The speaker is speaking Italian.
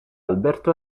alberto